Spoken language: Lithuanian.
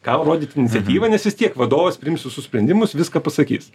kam rodyt iniciatyvą nes vis tiek vadovas priims visus sprendimus viską pasakys